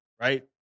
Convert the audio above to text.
right